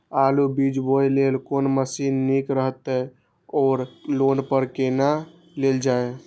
आलु बीज बोय लेल कोन मशीन निक रहैत ओर लोन पर केना लेल जाय?